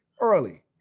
early